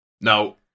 Now